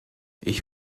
ich